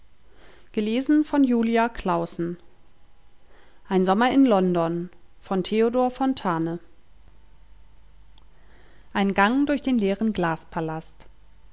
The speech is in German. ist staunen ein gang durch den leeren